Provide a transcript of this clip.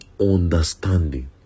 understanding